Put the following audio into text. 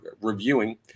reviewing